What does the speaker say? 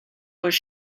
was